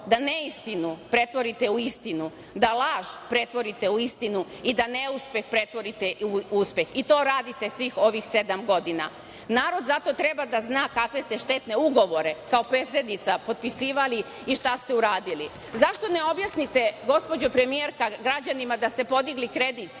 da neistinu pretvorite u istinu, da laž pretvorite u istinu i da neuspeh pretvorite u uspeh i to radite svih ovih sedam godina. Narod zato treba da zna kakve ste štetne ugovore kao predsednica potpisivali i šta ste uradili.Zašto ne objasnite, gospođo premijerka, građanima da ste podigli kredit